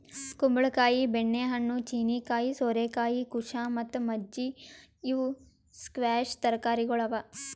ಕುಂಬಳ ಕಾಯಿ, ಬೆಣ್ಣೆ ಹಣ್ಣು, ಚೀನೀಕಾಯಿ, ಸೋರೆಕಾಯಿ, ಕುಶಾ ಮತ್ತ ಮಜ್ಜಿ ಇವು ಸ್ಕ್ವ್ಯಾಷ್ ತರಕಾರಿಗೊಳ್ ಅವಾ